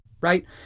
right